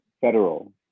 federal